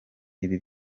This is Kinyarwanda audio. ibi